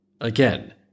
Again